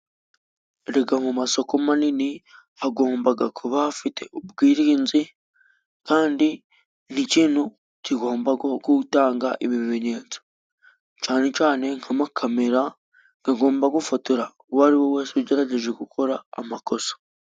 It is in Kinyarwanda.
Erega mu masoko manini hagomba kuba hafite ubwirinzi kandi n'ikintu kigomba gutanga ibimenyetso cyane cyane nk'amakamera agomba gufotora uwo ari we wese ugerageje gukora amakosa.